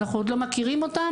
אנחנו עוד לא מכירים אותם,